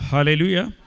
Hallelujah